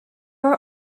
are